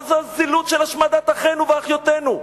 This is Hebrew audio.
מה זה הזילות של השמדת אחינו ואחיותינו?